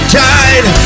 died